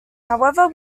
however